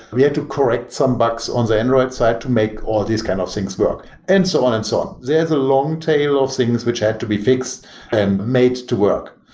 we to correct some box on the android side to make all these kind of things work and so on and so on. there's a long tale of things which had to be fixed and made to work.